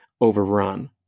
overrun